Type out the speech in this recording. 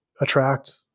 attract